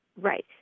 Right